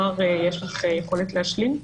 זהר, יש לך יכולת להשלים?